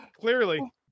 Clearly